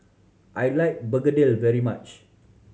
I like begedil very much